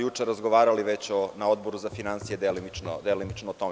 Juče smo razgovarali već na Odboru za finansije delimično o tome.